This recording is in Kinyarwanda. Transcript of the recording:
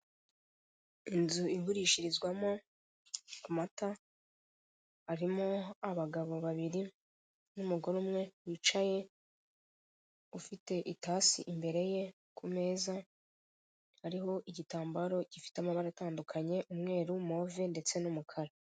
Inzu igurishirizwamo amata harimo abagabo babiri n'umugore umwe wicaye ufite itasi imbere ye ku meza ariho igitambaro gifite amabara atandukanye umweru move ndetse n'umukara.